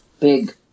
big